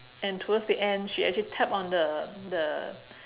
and towards the end she actually tap on the the